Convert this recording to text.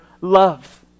love